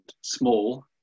small